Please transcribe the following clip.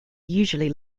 usually